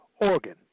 organ